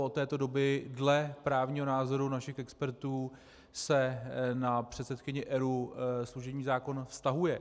Od této doby dle právního názoru našich expertů se na předsedkyni ERÚ služební zákon vztahuje.